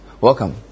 Welcome